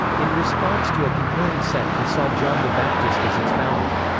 in response to a concurring sect who saw john the baptist as its founder.